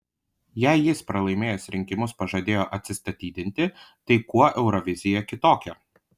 jei jis pralaimėjęs rinkimus pažadėjo atsistatydinti tai kuo eurovizija kitokia